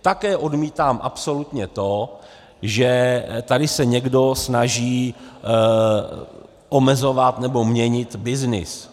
Také odmítám absolutně to, že tady se někdo snaží omezovat nebo měnit byznys.